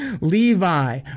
Levi